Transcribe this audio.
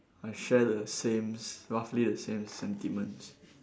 I share the same roughly the same sentiments